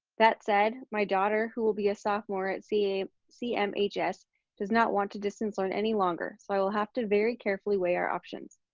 that said, my daughter, who will be a sophomore at cmhs does not want to distance learn any longer. so i will have to very carefully weigh our options.